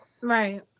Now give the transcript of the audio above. Right